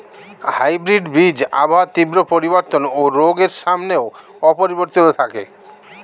hybrid বীজ আবহাওয়ার তীব্র পরিবর্তন ও রোগের সামনেও অপরিবর্তিত থাকে